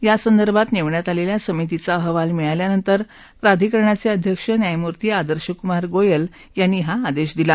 यासंदर्भात नेमण्यात आलेल्या समितीचा अहवाल मिळाल्यानंतर प्राधिकरणाचे अध्यक्ष न्यायमूर्ती आदर्श कुमार गोयल यांनी हा आदेश दिला